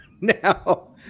Now